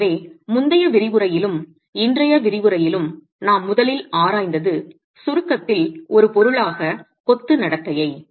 எனவே முந்தைய விரிவுரையிலும் இன்றைய விரிவுரையிலும் நாம் முதலில் ஆராய்ந்தது சுருக்கத்தில் ஒரு பொருளாக கொத்து நடத்தையை